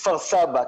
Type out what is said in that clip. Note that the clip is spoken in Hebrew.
כפר סבא,